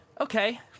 okay